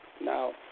Now